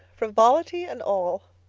frivolity and all.